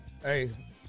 hey